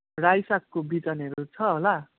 रायो सागको बिजनहरू छ होला